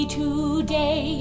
today